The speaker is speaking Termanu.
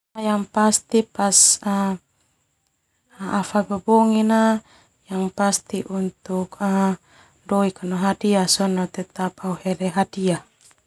Au fai bobongin na untuk doik no hadiah sona au hele hadiah.